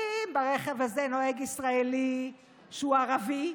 אם ברכב הזה נוהג ישראלי שהוא ערבי,